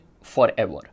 forever